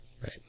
Right